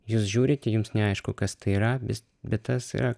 jūs žiūrite jums neaišku kas tai yra vis bet tas yra